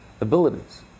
abilities